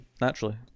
Naturally